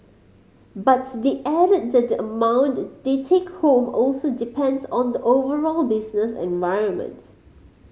but they added that the amount they take home also depends on the overall business environment